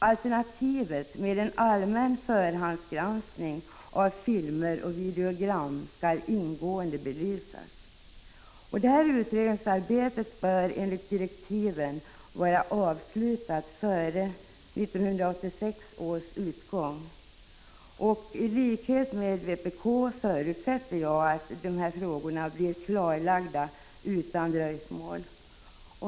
Alternativet med en allmän förhandsgranskning av filmer och videogram skall ingående belysas. Utredningsarbetet bör enligt direktiven vara avslutat före 1986 års utgång. I likhet med vpk förutsätter jag att dessa frågor blir klarlagda utan dröjsmål.